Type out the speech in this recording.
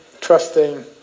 trusting